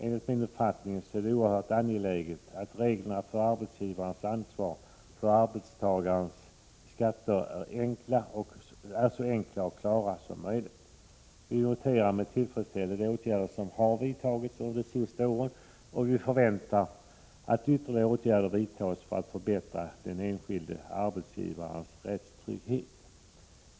Enligt min uppfattning är det oerhört angeläget att reglerna för arbetsgivarens ansvar för arbetstagarens skatter är så enkla och klara som möjligt. Vi noterar med tillfredsställelse de åtgärder som vidtagits under de senaste åren och förväntar att ytterligare åtgärder vidtas för att förbättra den enskilde arbetsgivarens rättstrygghet.